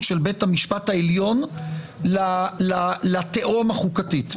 של בית המשפט העליון לתהום החוקתית.